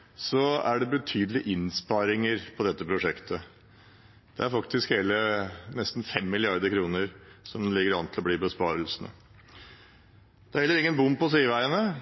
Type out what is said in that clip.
så mye som opptil 30 pst. Det er viktig ikke bare for Innlandet, men også for hele Nord-Vestlandet, hele Gudbrandsdalen, Trøndelag og Nord-Norge. I tillegg til betydelig redusert reisetid er det betydelige innsparinger på dette prosjektet, faktisk ligger besparelsene an til å blir hele 5 mrd. kr. Det er heller ingen bom på sideveiene –